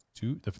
two